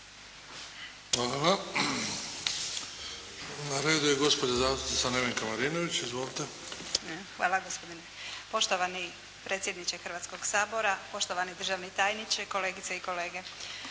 Hvala. Na redu je gospođa zastupnica Nevenka Marinović. Izvolite. **Marinović, Nevenka (HDZ)** Poštovani predsjedniče Hrvatskoga sabora, poštovani državni tajniče, kolegice i kolege.